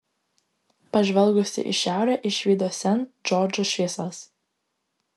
pažvelgusi į šiaurę išvydo sent džordžo šviesas